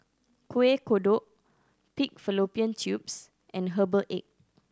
Kuih Kodok pig fallopian tubes and herbal egg